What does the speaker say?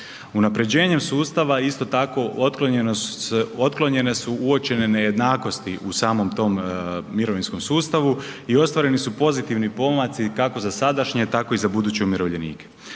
Unapređenjem sustava isto tako otklonjene su uočene nejednakosti u samom tom mirovinskom sustavu i ostvareni su pozitivni pomaci kako za sadašnje tako i za buduće umirovljenike.